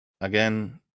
Again